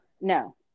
no